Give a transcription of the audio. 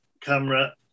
camera